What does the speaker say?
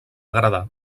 agradar